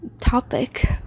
topic